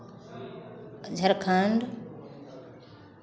Jharkhand